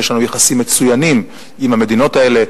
יש לנו יחסים מצוינים עם המדינות האלה,